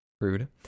Rude